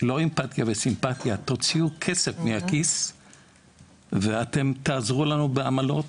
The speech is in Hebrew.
לא אמפתיה וסימפתיה תוציאו כסף מהכיס ואתם תעזרו לנו בעמלות,